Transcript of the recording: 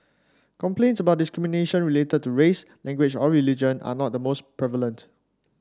complaints about discrimination related to race language or religion are not the most prevalent